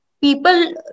people